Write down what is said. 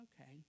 okay